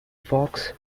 fox